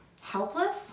helpless